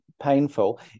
painful